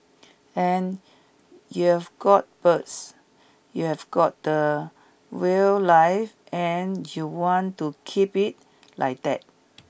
and you've got birds you have got the wildlife and you want to keep it like that